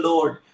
Lord